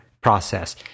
process